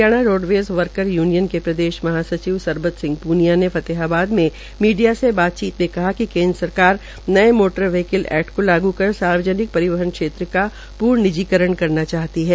Haryana roadways workers union के प्रदेश महासचिव सरबत सिंह प्रनिया ने फतेहाबाद में मीडिया से बातचीत में कहा कि केन्द्र सरकार नये मोटर ब्हीकल एकट को लागू कर सार्वजनिक परिवहन क्षेत्र का पूर्ण निजीकरण करना चाहती है